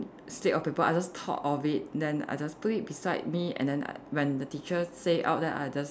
slip of paper I just thought of it then I just put it beside me and then when teacher say out then I just